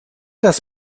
das